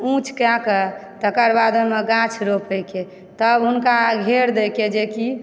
ऊँच कएके तकर बाद ओहिमे गाछ रोपयकऽ तब हुनका घेर दयके जेकि